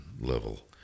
level